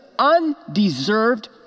undeserved